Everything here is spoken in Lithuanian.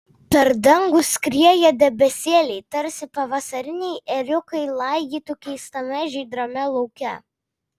per dangų skrieja debesėliai tarsi pavasariniai ėriukai laigytų keistame žydrame lauke